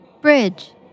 Bridge